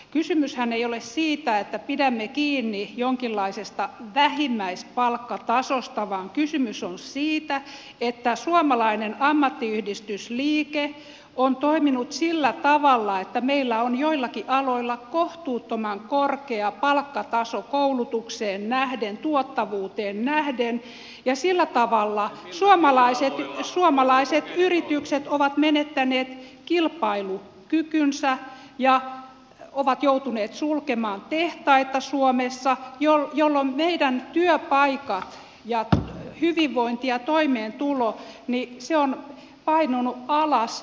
kysymyshän ei ole siitä että pidämme kiinni jonkinlaisesta vähimmäispalkkatasosta vaan kysymys on siitä että suomalainen ammattiyhdistysliike on toiminut sillä tavalla että meillä on joillakin aloilla kohtuuttoman korkea palkkataso koulutukseen nähden tuottavuuteen nähden ja sillä tavalla suomalaiset yritykset ovat menettäneet kilpailukykynsä ja ovat joutuneet sulkemaan tehtaita suomessa jolloin meidän työpaikat ja hyvinvointi ja toimeentulo ovat painuneet alas